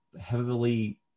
heavily